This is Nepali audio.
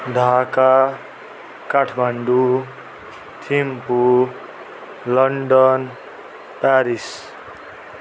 Dhaka Kathmandu Thimphu London Paris